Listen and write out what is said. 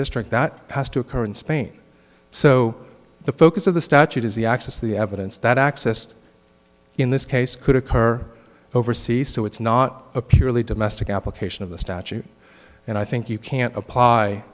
district that has to occur in spain so the focus of the statute is the access to the evidence that accessed in this case could occur overseas so it's not a purely domestic application of the statute and i think you can't apply